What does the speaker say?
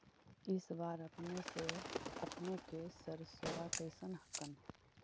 इस बार अपने के सरसोबा कैसन हकन?